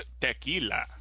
tequila